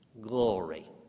glory